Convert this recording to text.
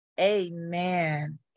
Amen